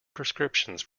prescriptions